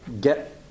get